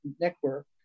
Network